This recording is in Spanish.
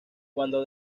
cuando